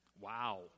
wow